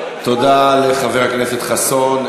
תודה לחבר הכנסת חסון.